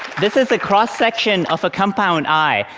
this is a cross-section of a compound eye,